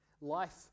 Life